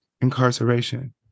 incarceration